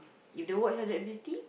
if don't award her that fifty